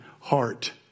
heart